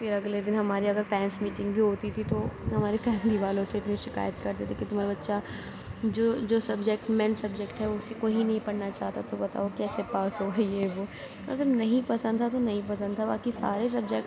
پھر اگلے دن ہمارے اگر پیرینٹس میٹنگ بھی ہوتی تھی تو ہماری فیملی والوں سے اتنی شکایت کرتے تھے کہ تمہارا بچہ جو جو سبجیکٹ مین سبجیکٹ ہے اسی کو ہی نہیں پڑھنا چاہتا تو بتاؤ کیسے پاس ہوگا یہ وہ اور جب نہیں پسند تھا تو نہیں پسند تھا باقی سارے سبجیکٹ